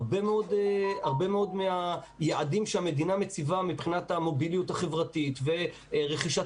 הרבה מאוד מהיעדים שהמדינה מציבה מבחינת המוביליות החברתית ורכישת